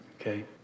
okay